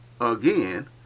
again